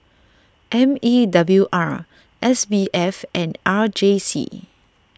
M E W R S B F and R J C